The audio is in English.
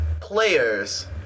players